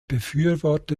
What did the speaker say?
befürworte